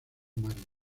marian